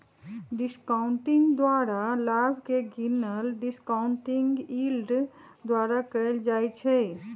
discounting द्वारा लाभ के गिनल डिस्काउंटिंग यील्ड द्वारा कएल जाइ छइ